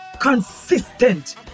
consistent